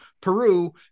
Peru